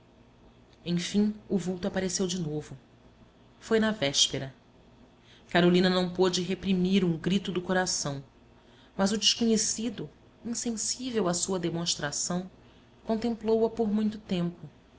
enfim o vulto apareceu de novo foi na véspera carolina não pôde reprimir um grito do coração mas o desconhecido insensível à sua demonstração contemplou-a por muito tempo